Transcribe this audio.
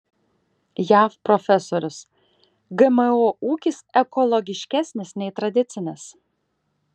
jav profesorius gmo ūkis ekologiškesnis nei tradicinis